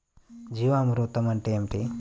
జీవామృతం అంటే ఏమిటి?